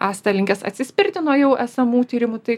esate linkęs atsispirti nuo jau esamų tyrimų tai